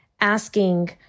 asking